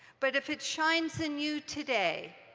but if it shines in you today,